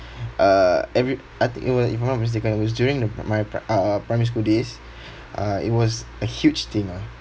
uh every I think it wa~ if I'm not mistaken it was during the my pri~ uh primary school days uh it was a huge thing lah